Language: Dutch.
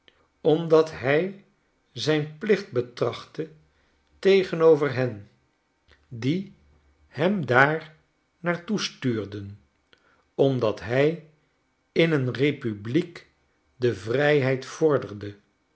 omdat hij zijn plicht betrachtte tegenover hen dickens schetsen uit amerika en tafereelen uit italie sohetsen uit amerika die hem daar naar toe stuurden omdat hy in een republiek de vryheid vorderde